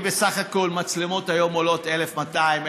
בסך הכול מצלמות עולות היום 1,200,